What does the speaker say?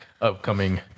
upcoming